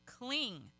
cling